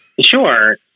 Sure